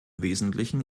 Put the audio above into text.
wesentlichen